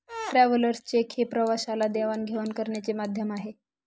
travellers cheque हे प्रवाशाला देवाणघेवाण करण्याचे माध्यम आहे